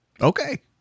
Okay